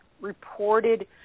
reported